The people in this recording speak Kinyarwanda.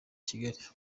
kigali